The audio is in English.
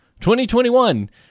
2021